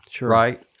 right